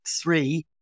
three